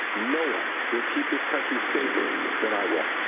no one will keep this country safer than i will.